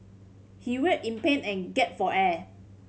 he writhed in pain and gasped for air